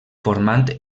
formant